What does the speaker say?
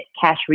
cash